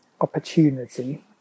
opportunity